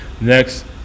next